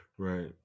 Right